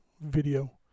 video